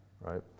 Right